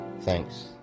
Thanks